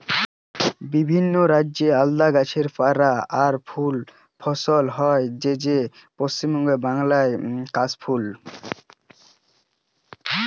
বিভিন্ন রাজ্যে আলদা গাছপালা আর ফুল ফসল হয় যেমন যেমন পশ্চিম বাংলায় কাশ ফুল